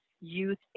Youth